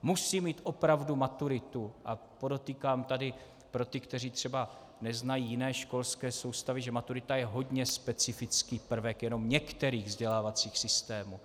Musí mít opravdu maturitu a podotýkám tady pro ty, kteří třeba neznají jiné školské soustavy, že maturita je hodně specifický prvek jenom některých vzdělávacích systémů.